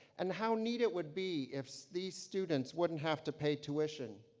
and how neat it would be if these students wouldn't have to pay tuition.